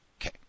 Okay